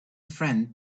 friend